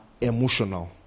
Emotional